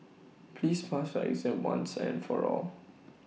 please pass our exam once and for all